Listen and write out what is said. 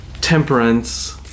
Temperance